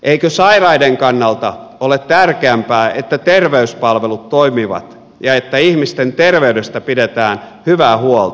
eikö sairaiden kannalta ole tärkeämpää että terveyspalvelut toimivat ja että ihmisten terveydestä pidetään hyvää huolta